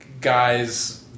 guys